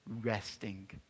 resting